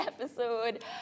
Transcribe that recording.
episode